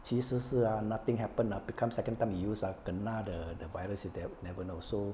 其实是啊 nothing happen ah become second time you use ah kena the the virus you there never know so